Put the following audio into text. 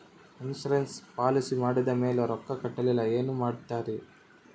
Insurance policy ಮಾಡಿದ ಮೇಲೆ ರೊಕ್ಕ ಕಟ್ಟಲಿಲ್ಲ ಏನು ಮಾಡುತ್ತೇರಿ?